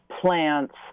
plants